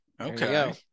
okay